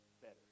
better